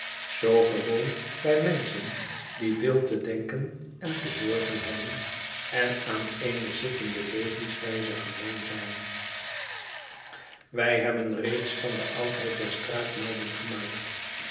zoo gewoon bij menschen die veel te denken en te zorgen hebben en aan eene zittende levenswijze gewoon zijn wij hebben reeds van de oudheid der straat melding gemaakt